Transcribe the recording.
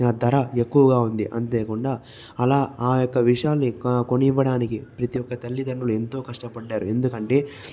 అ ధర ఎక్కువగా ఉంది అంతే కాకుండా అలా ఆ యొక్క విషయాన్ని కొని ఇవ్వడానికి ప్రతి ఒక్క తల్లిదండ్రులు ఎంతో కష్టపడ్డారు ఎందుకంటే